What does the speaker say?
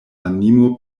animo